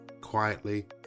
quietly